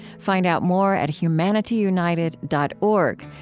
find out more at humanityunited dot org,